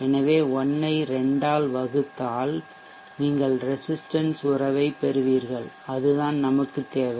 எனவே 1 ஐ 2 ஆல் வகுத்தால் நீங்கள் ரெசிஸ்டன்ஷ் உறவைப் பெறுவீர்கள் அதுதான் நமக்குத் தேவை